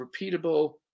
repeatable